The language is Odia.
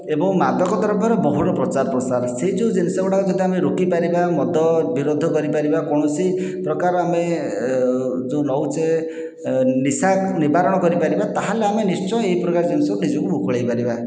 ଏବଂ ମାଦକଦ୍ରବ୍ୟର ବହୁଳ ପ୍ରଚାର ପ୍ରସାର ସେହି ଯେଉଁ ଜିନିଷଗୁଡ଼ା ଯଦି ଆମେ ରୋକିପାରିବା ମଦ ବିରୋଧ କରିପାରିବା କୌଣସି ପ୍ରକାର ଆମେ ଯେଉଁ ନେଉଛେ ନିଶା ନିବାରଣ କରିପାରିବା ତା'ହେଲେ ଆମେ ନିଶ୍ଚୟ ଏହିପ୍ରକାର ଜିନିଷରୁ ନିଜକୁ ମୁକୁଳାଇପାରିବା